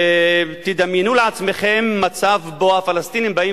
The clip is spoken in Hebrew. תדמיינו לעצמכם מצב שבו הפלסטינים באים